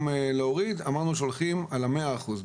אמרנו שהולכים על 100 אחוזים.